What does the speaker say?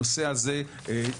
הנושא הזה נגמר,